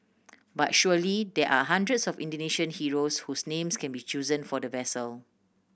but surely there are hundreds of Indonesian heroes whose names can be chosen for the vessel